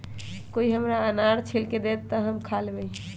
कोई हमरा अनार छील के दे दे, तो हम खा लेबऊ